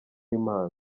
impano